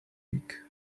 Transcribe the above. week